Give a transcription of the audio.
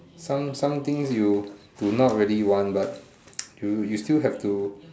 some something you do not really want but you still have to